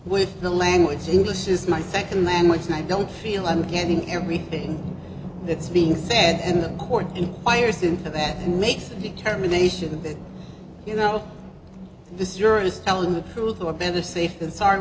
with the language english is my second language and i don't feel i'm getting everything that's being said in the court and wires into that makes the determination that you know this juror is telling the truth or better safe than sorry